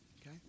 okay